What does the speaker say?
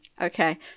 Okay